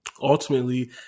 ultimately